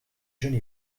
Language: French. jeune